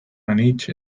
anitz